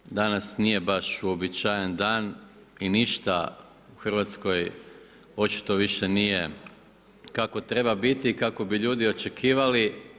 Iako danas nije baš uobičajen dan i ništa u Hrvatskoj očito više nije kako treba biti i kako bi ljudi očekivali.